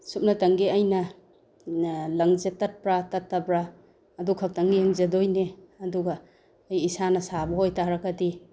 ꯁꯨꯞꯅꯇꯪꯒꯤ ꯑꯩꯅ ꯂꯪꯁꯦ ꯇꯠꯄ꯭ꯔ ꯇꯠꯇꯕ꯭ꯔ ꯑꯗꯨ ꯈꯛꯇꯪ ꯌꯦꯡꯖꯗꯣꯏꯅꯦ ꯑꯗꯨꯒ ꯑꯩ ꯏꯁꯥꯅ ꯁꯥꯕ ꯑꯣꯏꯇꯔꯒꯗꯤ